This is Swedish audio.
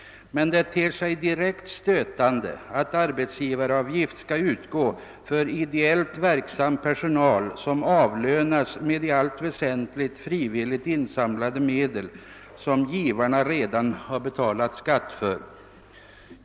Men det ter sig direkt stötande att arbetsgivaravgift skall utgå för ideellt verksam personal som avlönas med i allt väsentligt frivilligt insamlade medel som givarna redan har betalt skatt för.